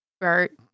Bert